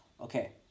Okay